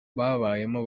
babayemo